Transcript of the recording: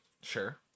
Sure